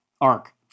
arc